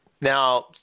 Now